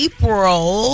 April